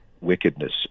wickedness